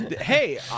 Hey